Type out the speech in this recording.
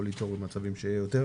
יכול ליצור מצבים שיהיה יותר.